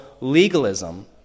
legalism